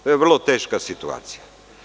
To je vrlo teška situacija.